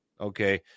Okay